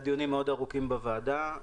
דיונים מאוד ארוכים בוועדה.